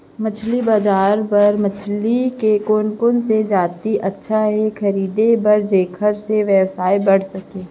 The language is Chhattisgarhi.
मछली बजार बर मछली के कोन कोन से जाति अच्छा हे खरीदे बर जेकर से व्यवसाय बढ़ सके?